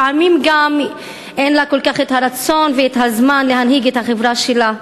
לפעמים גם אין לה כל כך רצון וזמן להנהיג את החברה שלה.